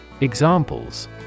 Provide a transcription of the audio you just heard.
Examples